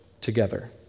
together